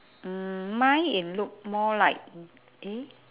mm mine in look more like eh